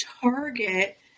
target